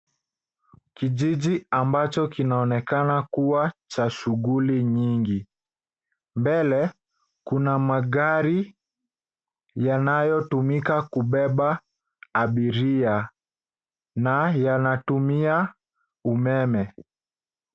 Kijiji ambacho kinaonekana kuwa cha shuguli nyingi. Mbele kuna magari yanayotumika kubeba abiria na yanatumia umeme.